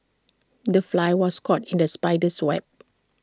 the fly was caught in the spider's web